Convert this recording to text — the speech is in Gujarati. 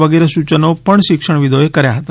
વગેરે સૂયનો પણ શિક્ષણવિદો એ કર્યા હતા